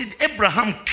Abraham